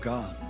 God